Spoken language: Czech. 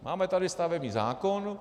Máme tady stavební zákon.